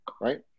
right